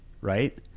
right